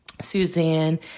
Suzanne